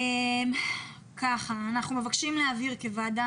אנחנו מבקשים להבהיר כוועדה,